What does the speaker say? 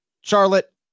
Charlotte